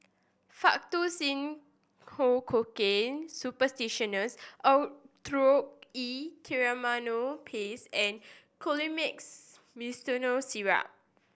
Faktu Cinchocaine Suppositories Oracort E Triamcinolone Paste and Colimix Simethicone Syrup